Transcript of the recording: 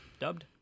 Dubbed